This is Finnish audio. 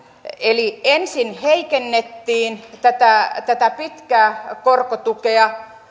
eli ensin heikennettiin tätä tätä pitkää korkotukea